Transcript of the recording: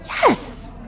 Yes